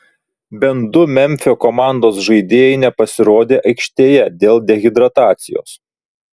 bent du memfio komandos žaidėjai nepasirodė aikštėje dėl dehidratacijos